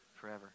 forever